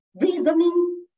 reasoning